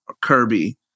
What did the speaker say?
Kirby